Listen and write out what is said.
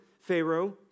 Pharaoh